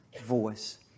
voice